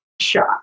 shot